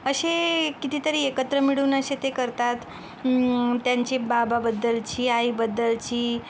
असे कितीतरी एकत्र मिळून असे ते करतात त्यांची बाबाबद्दलची आईबद्दलची